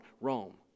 Rome